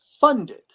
funded